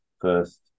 first